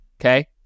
okay